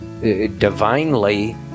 divinely